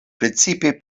precipe